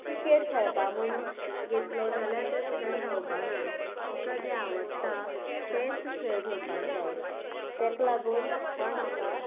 cricket खेळपा म्हूण घेतलो जाल्यार तें तुज्या जावपा ना तुका जें आवडटा तेच खेळ घेवपाक जाय तेका लागून हो म्हाका